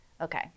okay